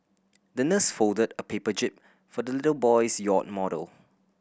the nurse folded a paper jib for the little boy's yacht model